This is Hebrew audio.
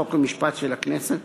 חוק ומשפט של הכנסת,